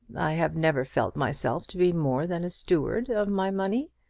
i have never felt myself to be more than a steward of my money.